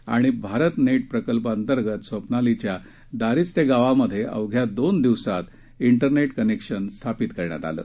आणि भारत नेट प्रकल्प अंतर्गत स्वप्नालीच्या दारिस्ते गावात अवघ्या दोन दिवसात ठिरनेट कनेक्शन स्थापित करण्यात आलं